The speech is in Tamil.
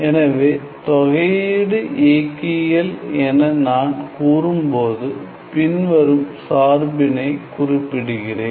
எனவே தொகை இயக்கிகள் என நான் கூறும்போது பின்வரும் சார்பினைக் குறிப்பிடுகிறேன்